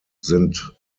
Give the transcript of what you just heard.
sind